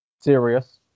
serious